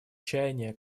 чаяния